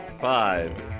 Five